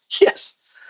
Yes